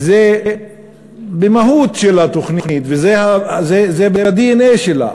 במהות של התוכנית, זה בדנ"א שלה.